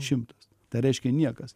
šimtas tai reiškia niekas